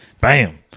bam